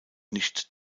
nicht